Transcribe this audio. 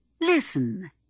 Listen